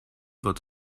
wird